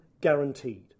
guaranteed